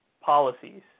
policies